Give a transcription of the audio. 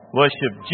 worship